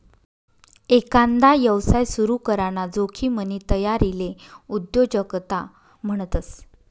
एकांदा यवसाय सुरू कराना जोखिमनी तयारीले उद्योजकता म्हणतस